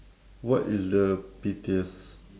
what is the pettiest